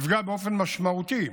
יפגע באופן משמעותי